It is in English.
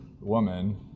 woman